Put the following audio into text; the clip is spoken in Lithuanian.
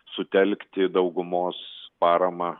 sutelkti daugumos paramą